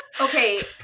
Okay